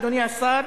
אדוני השר,